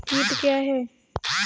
कीट क्या है?